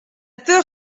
peur